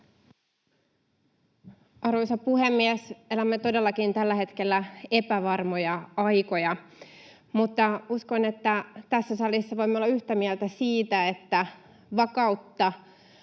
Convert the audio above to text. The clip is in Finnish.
Arvoisa puhemies! Elämme todellakin tällä hetkellä epävarmoja aikoja, mutta uskon, että tässä salissa voimme olla yhtä mieltä siitä, että vakautta